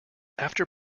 after